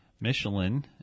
Michelin